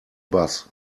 bus